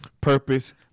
purpose